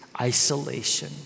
isolation